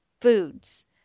foods